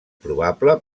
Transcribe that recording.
probable